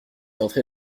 entré